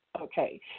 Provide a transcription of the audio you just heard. Okay